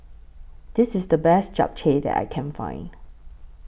This IS The Best Japchae that I Can Find